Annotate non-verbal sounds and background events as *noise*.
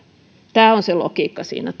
tämä on se logiikka siinä *unintelligible*